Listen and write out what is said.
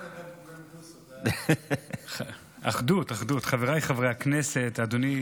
אדוני היושב-ראש, חבריי חברי הכנסת, אדוני